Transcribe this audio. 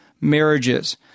marriages